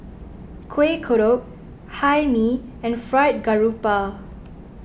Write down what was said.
Kueh Kodok Hae Mee and Fried Garoupa